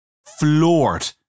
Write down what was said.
Floored